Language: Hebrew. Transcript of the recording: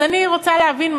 אז אני רוצה להבין,